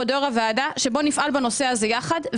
כבוד יו"ר הוועדה: בוא נפעל בנושא הזה יחד,